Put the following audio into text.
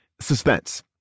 suspense